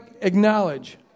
acknowledge